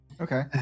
Okay